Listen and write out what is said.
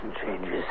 changes